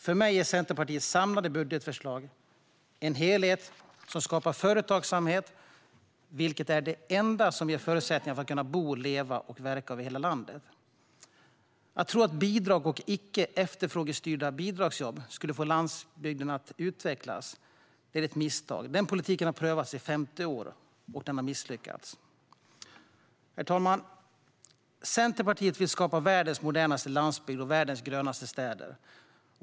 För mig är Centerpartiets samlade budgetförslag en helhet som skapar företagsamhet, vilket är det enda som ger förutsättningar för att kunna bo, leva och verka över hela landet. Att tro att bidrag och icke efterfrågestyrda bidragsjobb skulle få landsbygden att utvecklas är ett misstag. Den politiken har prövats i 50 år, och den har misslyckats. Herr talman! Centerpartiet vill skapa världens modernaste landsbygd och världens grönaste städer.